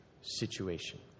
situation